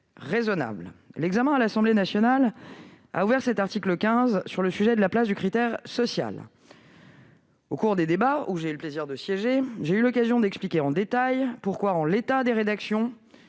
raisonnable. L'examen à l'Assemblée nationale a ouvert la discussion de l'article 15 sur le sujet de la place du critère social. Au cours des débats, auxquels j'ai eu le plaisir de participer, j'ai eu l'occasion d'expliquer en détail pourquoi, en l'état des rédactions,